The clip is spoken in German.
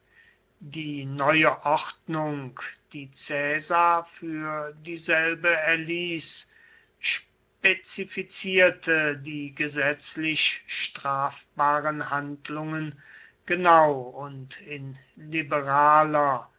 die neue ordnung die caesar für dieselbe erließ spezifizierte die gesetzlich strafbaren handlungen genau und in liberaler